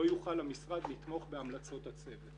לא יוכל המשרד לתמך בהמלצות הצוות".